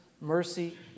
mercy